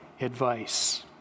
advice